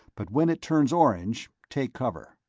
but when it turns orange, take cover.